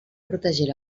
protegir